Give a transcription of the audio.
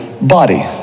body